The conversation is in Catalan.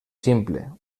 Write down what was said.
simple